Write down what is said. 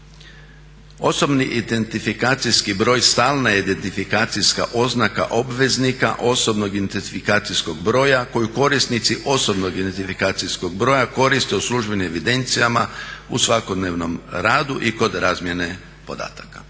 osobni identifikacijski broj stalna je identifikacijska oznaka obveznika osobnog identifikacijskog broja koju korisnici osobnog identifikacijskog broja koriste u službenim evidencijama u svakodnevnom radu i kod razmjene podataka.